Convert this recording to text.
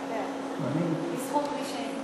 אתה יודע, בזכות מישהי.